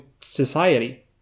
society